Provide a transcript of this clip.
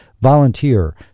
volunteer